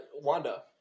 Wanda